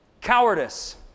Cowardice